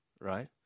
right